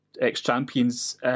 ex-champions